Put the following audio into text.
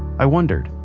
i wondered,